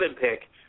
pick